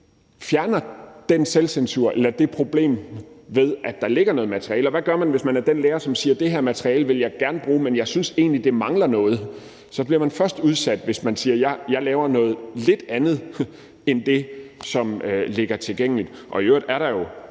fjerner selvcensuren eller problemet, ved at der ligger noget materiale. Og hvad gør man, hvis man er den lærer, som siger: Det her materiale vil jeg gerne bruge, men jeg synes egentlig, der mangler noget i det? Man bliver jo først udsat, hvis man siger: Jeg laver noget lidt andet end det, som er tilgængeligt. I øvrigt er der jo